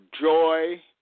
joy